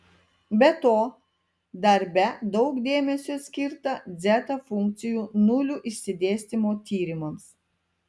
be to darbe daug dėmesio skirta dzeta funkcijų nulių išsidėstymo tyrimams